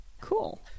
cool